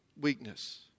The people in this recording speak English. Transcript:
Weakness